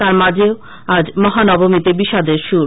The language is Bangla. তার মাঝেও আজ মহানবমীতে বিষাদের সুর